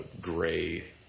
gray